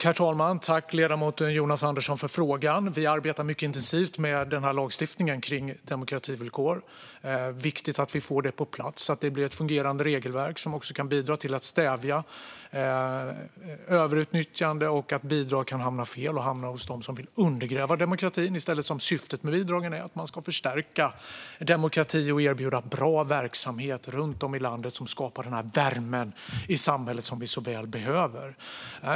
Herr talman! Jag tackar ledamoten Jonas Andersson för frågan. Vi arbetar mycket intensivt med lagstiftningen om demokrativillkor. Det är viktigt att vi får den på plats så att det blir ett fungerande regelverk som också kan bidra till att stävja överutnyttjande och att bidrag hamnar fel och hos dem som vill undergräva demokratin i stället för, som syftet med bidragen är, att förstärka demokratin och erbjuda bra verksamhet runt om i landet som skapar den värme i samhället vi så väl behöver.